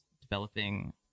developing